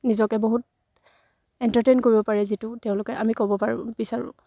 নিজকে বহুত এণ্টাৰটেইন কৰিব পাৰে যিটো তেওঁলোকে আমি ক'ব পাৰোঁ বিচাৰোঁ